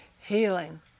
healing